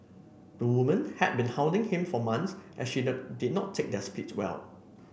the woman had been hounding him for months as she does did not take their split well